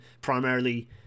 primarily